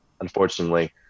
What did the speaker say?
unfortunately